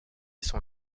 son